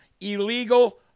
illegal